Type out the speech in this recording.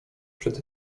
przed